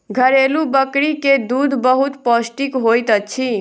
घरेलु बकरी के दूध बहुत पौष्टिक होइत अछि